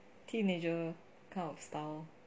teenager kind of style